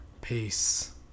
Peace